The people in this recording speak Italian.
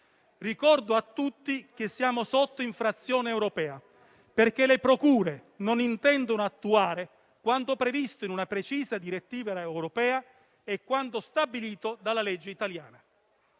Ricordo a tutti che siamo sotto procedura di infrazione europea, perché le procure non intendono attuare quanto previsto in una precisa direttiva europea e quanto stabilito dalla legge italiana.